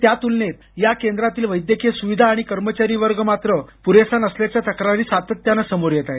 त्या तुलनेत या केंद्रातील वैद्यकीय स्विधा आणि कर्मचारी वर्ग मात्र पुरेसा नसल्याच्या तक्रारी सातत्यानं समोर येत आहेत